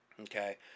okay